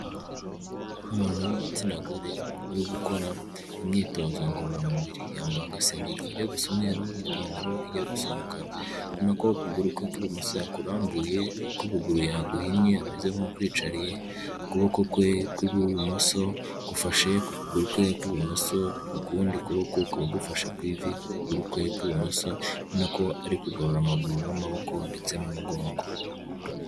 Umuntu w'igitsina gore uri gukora imyitozo ngororamubiri, yambaye agasengeri kajya gusa umweru, n'ipantaro ijya gusa umukara, urabona ko ukuguru kwe kw'imoso yakurambuye, ukundi kuguru yaguhinnye, ameze nk'ukwicariye, ukuboko kwe kw'imoso gufashe ku kuguru kwe kw'ibumoso, ukundi kuboko kukaba gufashe ku ivi, kukuguru kwe kw'ibumoso, urabona ko ari kugorora amaguru n'amaboko, ndetse n'umugongo.